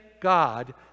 God